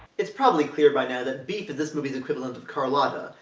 it's probably clear by now that beef is this movie's equivalent of carlotta,